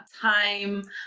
time